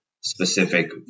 specific